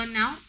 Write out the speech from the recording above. now